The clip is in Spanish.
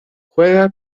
juega